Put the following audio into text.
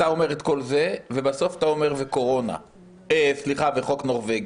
אתה אומר את כל זה ובסוף אומר "חוק נורבגי".